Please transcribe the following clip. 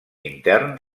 intern